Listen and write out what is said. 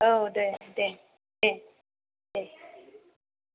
औ दे दे दे